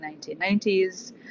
1990s